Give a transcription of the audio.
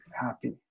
happy